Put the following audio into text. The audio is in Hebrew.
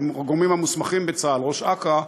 הגורמים המוסמכים בצה"ל, ראש אכ"א,